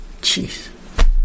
Jeez